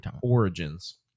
Origins